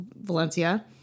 Valencia